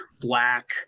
black